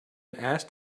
asked